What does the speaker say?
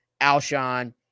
Alshon